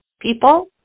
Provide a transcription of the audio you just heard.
people